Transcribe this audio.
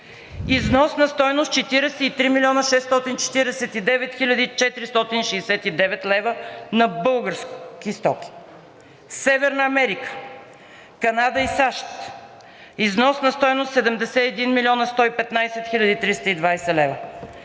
Износ на стойност 43 млн. 649 хил. 469 лв. на български стоки. Северна Америка, Канада и САЩ – износ на стойност 71 млн. 115 хил. 320 лв.